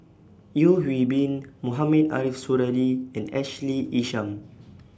Yeo Hwee Bin Mohamed Ariff Suradi and Ashley Isham